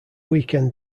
weekend